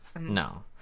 No